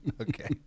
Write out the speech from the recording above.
Okay